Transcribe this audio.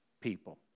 people